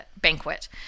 banquet